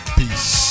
peace